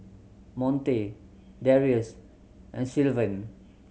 Monte Darius and Sylvan